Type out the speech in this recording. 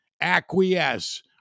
acquiesce